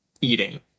eating